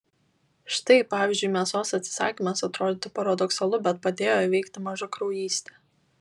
štai pavyzdžiui mėsos atsisakymas atrodytų paradoksalu bet padėjo įveikti mažakraujystę